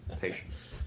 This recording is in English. Patience